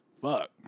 Fuck